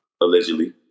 allegedly